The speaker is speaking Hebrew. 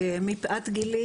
מפאת גילי,